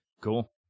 cool